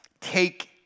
take